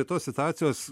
prie tos situacijos